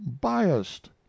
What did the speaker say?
biased